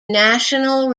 national